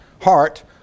heart